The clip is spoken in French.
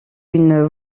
une